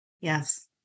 Yes